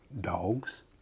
dogs